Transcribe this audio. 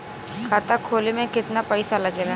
खाता खोले में कितना पईसा लगेला?